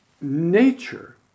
Nature